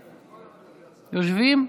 יושבים?